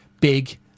big